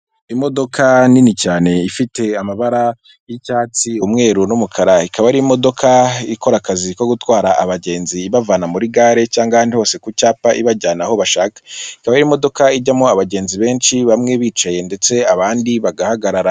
Imodoka nini cyane ifite amabara y'icyatsi umweru n'umukara, ikaba ari imodoka ikora akazi ko gutwara abagenzi ibavana muri gare cyangwa ahandi hose ku cyapa ibajyana aho bashaka, ikaba ari imodoka ijyamo abagenzi benshi bamwe bicaye ndetse abandi bagahagarara.